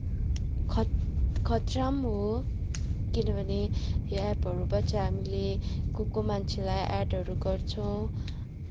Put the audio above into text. ख खत्रा पनि हो किनभने यो एपहरूबाट हामीले को को मान्छेलाई एडहरू गर्छौँ